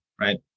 right